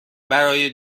برای